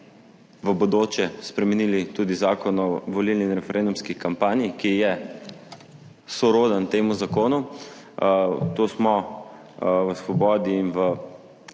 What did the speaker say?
v bodoče spremenili tudi zakon o volilni in referendumski kampanji, ki je soroden temu zakonu. To smo v Svobodi in v